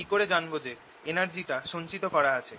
কিকরে জানব যে energy টা সঞ্চিত করা আছে